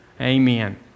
Amen